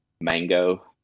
mango